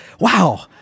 Wow